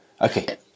okay